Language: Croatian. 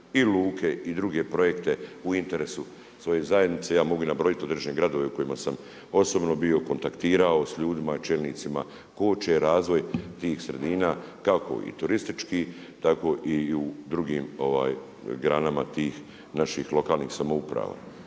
i luke i druge projekte u interesu svoje zajednice. Ja mogu i nabrojiti određene gradove u kojima sam osobno bio, kontaktirao sa ljudima, čelnicima, koče razvoj tih sredina kako i turistički, tako i u drugim granama tih naših lokalnih samouprava.